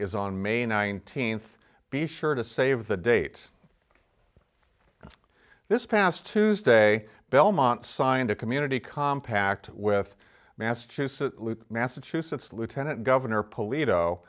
is on may nineteenth be sure to save the date this past tuesday belmont signed a community compact with massachusetts massachusetts lieutenant governor